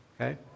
okay